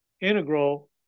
integral